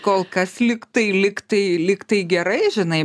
kol kas lyg tai lyg tai lyg tai gerai žinai